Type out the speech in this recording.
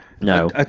No